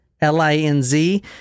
L-I-N-Z